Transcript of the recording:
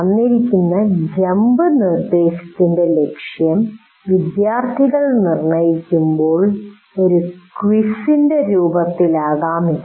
തന്നിരിക്കുന്ന ജമ്പ് നിർദ്ദേശത്തിന്റെ ലക്ഷ്യം വിദ്യാർത്ഥികൾ നിർണ്ണയിക്കുന്ന ഒരു ക്വിസിന്റെ രൂപത്തിലാകാം ഇത്